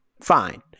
Fine